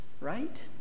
right